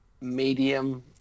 medium